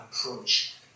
approach